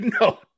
No